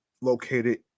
located